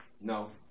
No